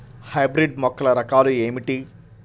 Hybrid మొక్కల రకాలు ఏమిటీ?